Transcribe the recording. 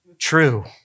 True